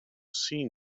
see